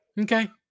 Okay